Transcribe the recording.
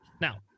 now